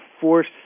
force